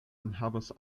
enhavas